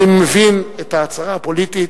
אני מבין את ההצעה הפוליטית,